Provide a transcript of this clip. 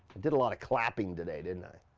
did a lot of clapping today, didn't i?